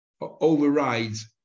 overrides